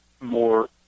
more